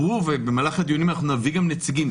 במהלך הדיונים אנחנו נביא גם נציגים,